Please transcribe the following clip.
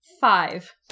Five